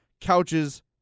couches